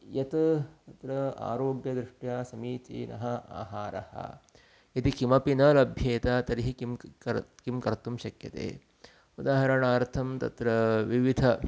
यत् तत्र आरोग्यदृष्ट्या समीचीनः आहारः यदि कोऽपि न लभ्येत तर्हि किं किं कर्तुं शक्यते उदाहरणार्थं तत्र विविधानां